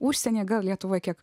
užsienyje gal lietuvoje kiek